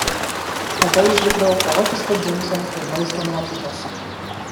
tada išgirdau chaotiško ginčo ir maišto nuotrupas